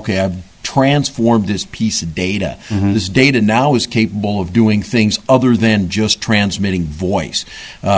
to transform this piece of data this data now is capable of doing things other than just transmitting voice